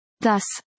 Thus